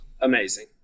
amazing